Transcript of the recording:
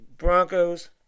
Broncos